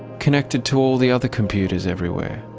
connected to all the other computers everywhere,